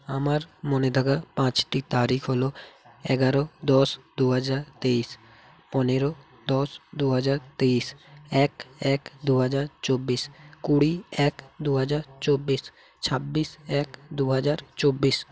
আমার মনে থাকা পাঁচটি তারিখ হলো এগারো দশ দু হাজার তেইশ পনেরো দশ দু হাজার তেইশ এক এক দু হাজার চব্বিশ কুড়ি এক দু হাজার চব্বিশ ছাব্বিশ এক দু হাজার চব্বিশ